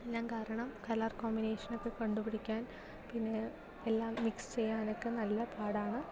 എല്ലാം കാരണം colour combination ഒക്കെ കണ്ടുപിടിക്കാൻ പിന്നെ എല്ലാം മിക്സ് ചെയ്യാനൊക്കെ നല്ല പാടാണ്